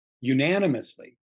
unanimously